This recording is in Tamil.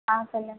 ஆ சொல்லுங்கள்